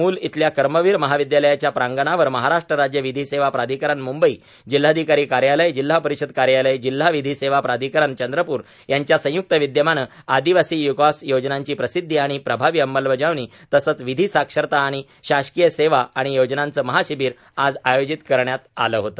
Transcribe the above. मूल इथल्या कर्मवीर महाविद्यालयाच्या प्रांगणावर महाराष्ट्र राज्य विधी सेवा प्राधिकरण म्ंबई जिल्हाधिकारी कार्यालय जिल्हा परिषद कार्यालय जिल्हा विधी सेवा प्राधिकरण चंद्रप्र यांच्या संय्क्त विदयमाने आदिवासी विकास योजनांची प्रसिद्धी आणि प्रभावी अंमलबजावणी तसेच विधी साक्षरता आणि शासकीय सेवा आणि योजनांचे महाशिबीर आज आयोजित करण्यात आले होत